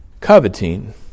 coveting